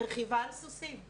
רכיבה על סוסים.